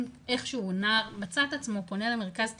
איכשהו נער מצא את עצמו פונה למרכז טיפול,